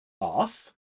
off